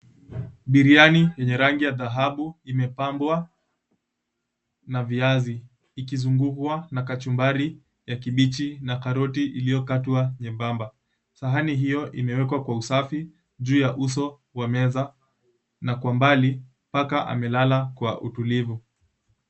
Biriani yenye rangi ya dhahabu imepambwa na viazi. Ikizungukwa na kachumbari ya kibichi na karoti iliyokatwa nyembamba. Sahani hiyo imewekwa kwa usafi juu ya uso wa meza na kwa mbali, paka amelala kwa utulivu.